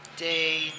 day